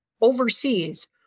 overseas